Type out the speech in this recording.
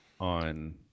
on